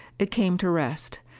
it came to rest,